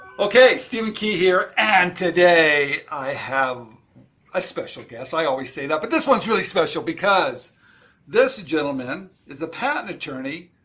okay, stephen key here. and today i have a special guest. i always say that but this one's really special because this gentleman is a patent attorney.